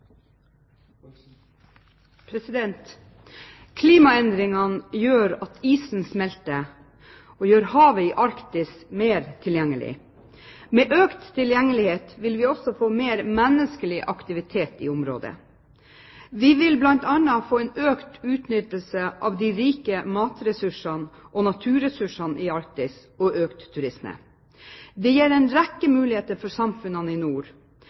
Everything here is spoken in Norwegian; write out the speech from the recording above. Klimaendringene gjør at isen smelter og gjør havet i Arktis mer tilgjengelig. Med økt tilgjengelighet vil vi også få mer menneskelig aktivitet i området. Vi vil bl.a. få en økt utnyttelse av de rike matressursene og naturressursene i Arktis – og økt turisme. Dette gir en rekke muligheter for samfunnene i nord,